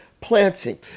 planting